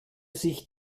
sich